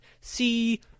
see